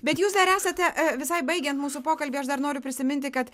bet jūs dar esate visai baigiant mūsų pokalbį aš dar noriu prisiminti kad